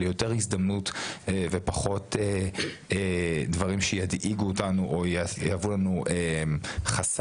ליותר הזדמנות ופחות דברים שידאיגו אותנו או יהוו חסם.